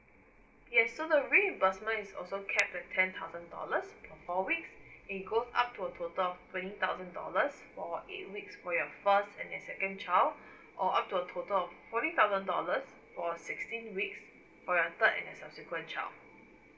yes so the reimbursement is also capped at ten thousand dollars per four weeks it goes up to a total of twenty thousand dollars for eight weeks for your first and your second child or up to a total of forty thousand dollars for sixteen weeks for your third and subsequent child